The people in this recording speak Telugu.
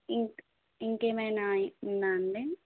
ఇంక్ ఇంకా ఏమైన ఉందా అండి